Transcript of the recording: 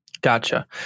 Gotcha